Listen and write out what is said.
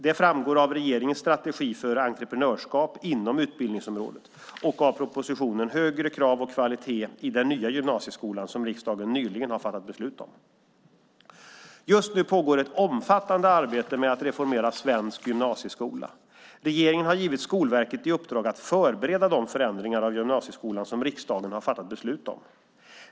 Det framgår av regeringens strategi för entreprenörskap inom utbildningsområdet och av propositionen Högre krav och kvalitet i den nya gymnasieskolan som riksdagen nyligen fattat beslut om. Just nu pågår ett omfattande arbete med att reformera svensk gymnasieskola. Regeringen har givit Skolverket i uppdrag att förbereda de förändringar av gymnasieskolan som riksdagen har fattat beslut om.